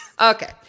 Okay